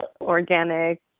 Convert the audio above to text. organic